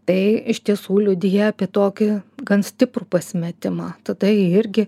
tai iš tiesų liudija apie tokį gan stiprų pasimetimą tada irgi